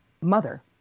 mother